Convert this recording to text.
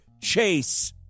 Chase